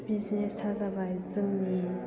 business आ जाबाय जोंनि